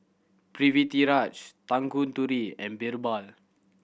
Pritiviraj Tanguturi and Birbal